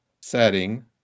setting